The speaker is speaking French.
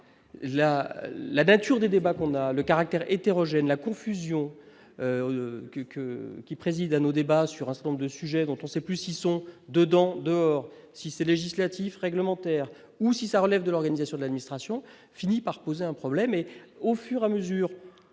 la nature des débats qu'on a le caractère hétérogène, la confusion quelques qui préside à nos débats sur un nombre de sujets dont on sait, plus ils sont dedans dehors Cissé législatif réglementaire ou si ça relève de l'organisation de l'administration finit par poser un problème et au fur à mesure